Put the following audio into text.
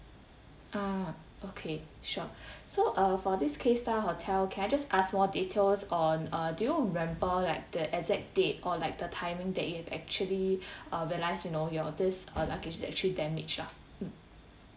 ah okay sure so err for this case style hotel can I just ask more details on uh do you remember like the exact date or like the timing that you've actually uh realised you know your this uh luggage that actually damage lah mm